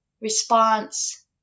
response